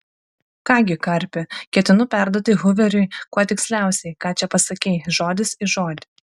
ką gi karpi ketinu perduoti huveriui kuo tiksliausiai ką čia pasakei žodis į žodį